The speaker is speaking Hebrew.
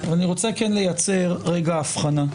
רוצה לייצר הבחנה.